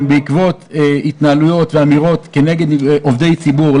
בעקבות התנהלות ואמירות כנגד עובדי ציבור,